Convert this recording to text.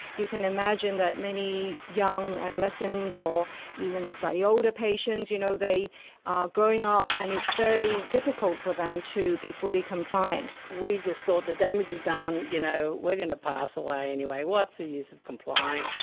you can imagine that many young adolescents or even slightly older patients, you know they are growing up and it's very difficult for them to be fully compliant. we just thought the damage is done, you know we are going to pass away anyway, what's the use of complying?